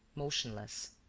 motionless.